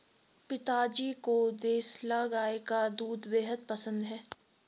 पिताजी को देसला गाय का दूध बेहद पसंद है